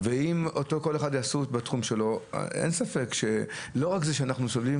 ואם כל אחד יעשה בתחום שלו לא רק זה שאנחנו סובלים